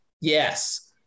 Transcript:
Yes